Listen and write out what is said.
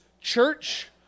church